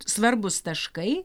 svarbūs taškai